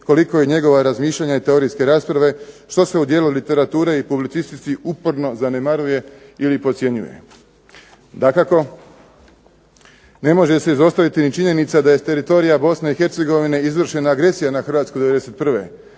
koliko i njegova razmišljanja i teorijske rasprave što se u dijelu literature ili publicistici uporno zanemaruje i podcjenjuje. Dakako ne može se izostaviti ni činjenica da je s teritorija Bosne i Hercegovine izvršena agresija na Hrvatsku 91.,